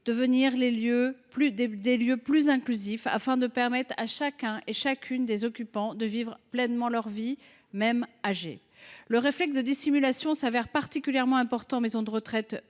devenir des lieux plus inclusifs, afin de permettre à chacun et à chacune des occupants de vivre pleinement sa vie, même âgés. Le réflexe de dissimulation s’avère particulièrement important en maison de retraite,